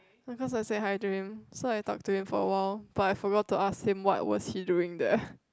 because I say hi to him so I talk to him for a while but I forgot to ask him what was he doing there